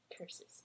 Curses